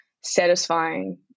satisfying